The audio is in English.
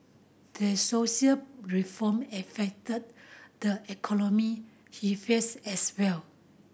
the social reform affect the economy as well